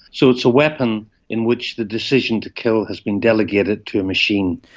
so it's a weapon in which the decision to kill has been delegated to a machine.